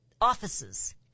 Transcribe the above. offices